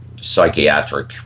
psychiatric